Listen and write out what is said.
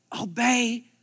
Obey